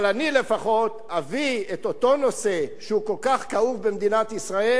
אבל אני לפחות אביא את אותו נושא שהוא כל כך כאוב במדינת ישראל,